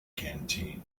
canteen